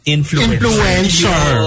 Influencer